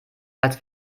als